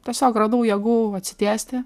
tiesiog radau jėgų atsitiesti